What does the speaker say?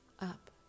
up